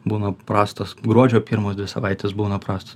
būna prastas gruodžio pirmos dvi savaites būna prasta